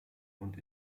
und